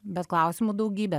bet klausimų daugybė